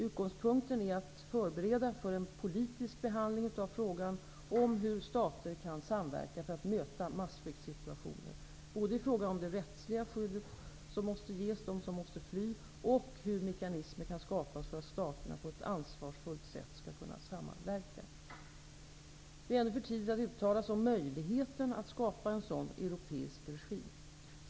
Utgångspunkten är att förbereda för en politisk behandling av frågan om hur stater kan samverka för att möta massflyktssituationer, både i fråga om det rättsliga skydd som måste ges dem som måste fly och hur mekanismer kan skapas för att staterna på ett ansvarsfullt sätt skall samverka. Det är ännu för tidigt att uttala sig om möjligheten att skapa en sådan europeisk regim.